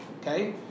okay